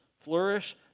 flourish